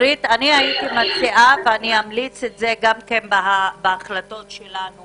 אני מציעה ואמליץ בהחלטות שלנו